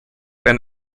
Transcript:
and